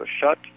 shut